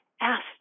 asked